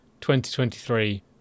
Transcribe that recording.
2023